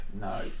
no